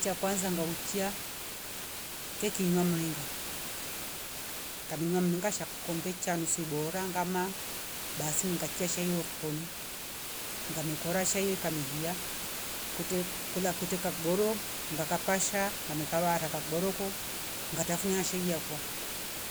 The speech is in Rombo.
Cha kwanza ngauchia kekinywa mringa, ngaminywa mringa sha kikombe chamsi bora ngama basi ngachia shai horikini, ngamekora shai weka mehia kute kula kwte kakboro nganga pasha namekawara kakboroko ngatafunia shei akwa.